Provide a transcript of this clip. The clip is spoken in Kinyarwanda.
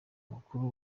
bakuru